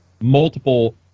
multiple